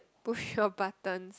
push your buttons